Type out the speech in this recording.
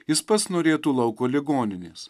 jis pats norėtų lauko ligoninės